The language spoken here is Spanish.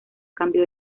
cambio